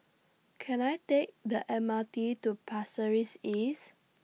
Can I Take The M R T to Pasir Ris East